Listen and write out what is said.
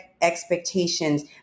expectations